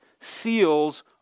seals